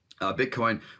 Bitcoin